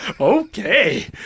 Okay